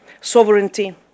sovereignty